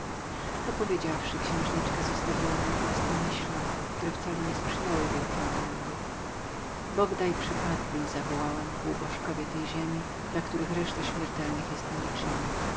to powiedziawszy księżniczka zostawiła mnie własnym uwagom które wcale nie sprzyjały wielkim panom bogdaj przepadli zawołałem półbożkowie tej ziemi dla których reszta śmiertelnych jest niczem